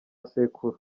sekuru